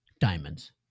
Diamonds